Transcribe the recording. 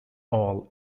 all